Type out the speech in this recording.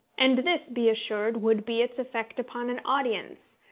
and this, be assured, would be its effect upon an audience.